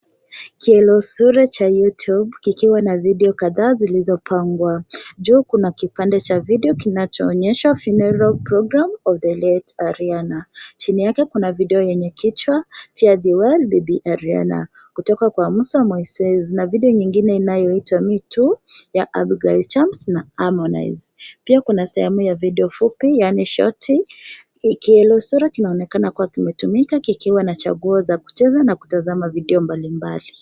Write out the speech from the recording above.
Kiolesura cha YouTube kikiwa na video kadhaa zilizopangwa. Juu kuna kipande cha video kinachoonyesha Funeral Program of the late ARIANA . Chini yake, kuna video yenye kichwa FARE THEE WELL BABY ARIANA kutoka kwa Musa Mosses na video nyingine inayoitwa Me Too ya Abigail Chams na Harmonize. Pia kuna sehemu ya video fupi yani shoti. Kiolesura kinaonekana kikiwa kimetumika kikiwa na chaguo la kucheza na kutazama video mbalimbali.